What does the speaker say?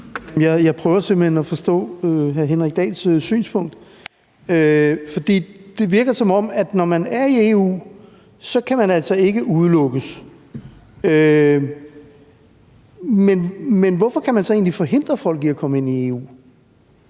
jeg prøver simpelt hen at forstå hr. Henrik Dahls synspunkt. For det virker, som om at når man er i EU, kan man altså ikke udelukkes. Hvorfor kan man så egentlig forhindre lande i at komme ind i EU?